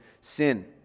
sin